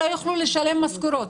לא יוכלו לשלם משכורות.